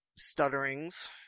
stutterings